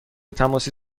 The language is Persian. تماسی